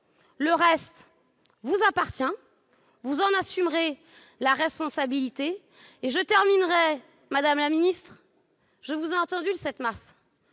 Le reste vous appartient, vous en assumerez la responsabilité. Pour terminer, madame la ministre, je vous ai entendue le 7 mars